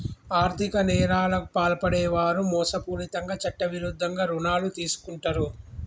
ఆర్ధిక నేరాలకు పాల్పడే వారు మోసపూరితంగా చట్టవిరుద్ధంగా రుణాలు తీసుకుంటరు